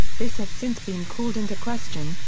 this has since been called into question,